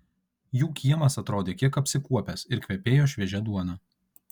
jų kiemas atrodė kiek apsikuopęs ir kvepėjo šviežia duona